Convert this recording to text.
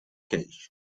cage